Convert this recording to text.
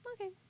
Okay